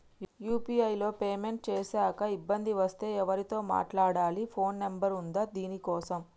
UPI లో payment చేశాక ఇబ్బంది వస్తే ఎవరితో మాట్లాడాలి? ఫోన్ నంబర్ ఉందా దీనికోసం?